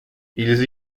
ils